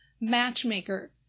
matchmaker